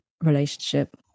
relationship